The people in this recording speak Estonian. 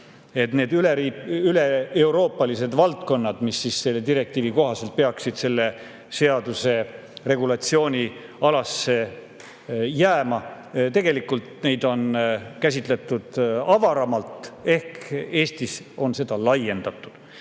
neid üleeuroopalisi valdkondi, mis direktiivi kohaselt peaksid selle seaduse regulatsioonialasse jääma, on tegelikult käsitletud avaramalt ehk Eestis on seda laiendatud.